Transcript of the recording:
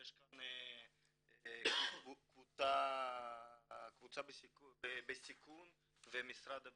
יש פה קבוצה בסיכון אגב,